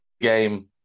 game